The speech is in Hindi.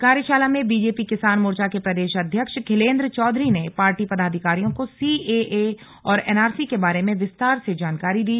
कार्यशाला में बीजेपी किसान मोर्चा के प्रदेश अध्यक्ष खिलेन्द्र चौधरी ने पार्टी पदाधिकारियों को सीएए और एनआरसी के बारे में विस्तार से जानकारी दी